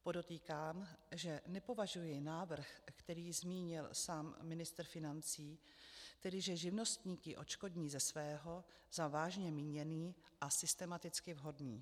Podotýkám, že nepovažuji návrh, který zmínil sám ministr financí, tedy že živnostníky odškodní ze svého, za vážně míněný a systematicky vhodný.